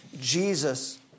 Jesus